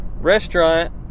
restaurant